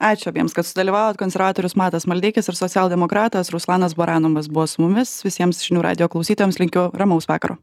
ačiū abiems kad sudalyvavot konservatorius matas maldeikis ir socialdemokratas ruslanas baranovas buvo su mumis visiems žinių radijo klausytojams linkiu ramaus vakaro